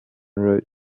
wrote